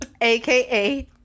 aka